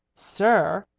sir!